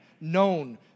known